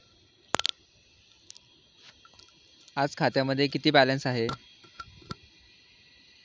आज खात्यामध्ये किती बॅलन्स आहे?